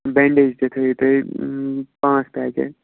bandage تہِ تھٲوِو تُہۍ پانٛژھ پیکیٹ